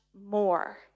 more